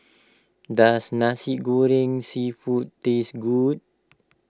does Nasi Goreng Seafood taste good